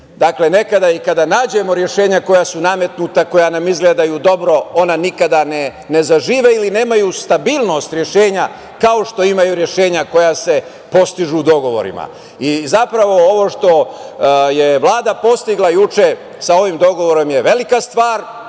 Dakle, nekada i kada nađemo rešenja koja su nametnuta, koja izgledaju dobro, ona nikada ne zažive ili nemaju stabilnost rešenja, kao što imaju rešenja koja se postižu dogovorima. Ovo što je Vlada postigla juče sa ovim dogovorom je velika stvar.